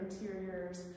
interiors